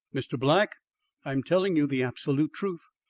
mr. black i am telling you the absolute truth.